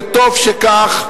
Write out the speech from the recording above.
וטוב שכך,